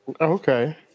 Okay